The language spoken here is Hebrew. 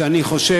שבו אני חושב,